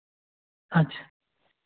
ਅੱਛਾ